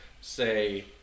say